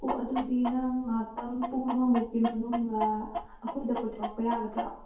ꯑꯣ ꯑꯗꯨꯗꯤ ꯅꯪ ꯉꯍꯥꯛꯇꯪ ꯄꯨꯡ ꯑꯃꯃꯨꯛꯀꯤ ꯃꯅꯨꯡꯗ ꯑꯩꯈꯣꯏꯗ ꯀꯣꯏꯊꯣꯔꯛꯄ ꯌꯥꯒꯗ꯭ꯔꯣ